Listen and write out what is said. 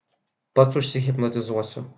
pats užsihipnotizuosiu